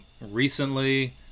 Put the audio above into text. recently